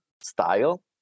style